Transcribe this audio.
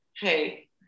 hey